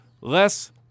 less